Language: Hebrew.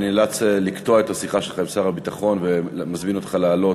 אני נאלץ לקטוע את השיחה שלך עם שר הביטחון ואני מזמין אותך לעלות.